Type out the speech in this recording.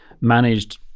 managed